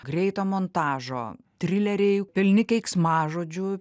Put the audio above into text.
greito montažo trileriai pilni keiksmažodžių